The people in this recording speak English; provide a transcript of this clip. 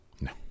No